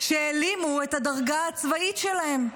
שהעלימו את הדרגה הצבאית שלהן.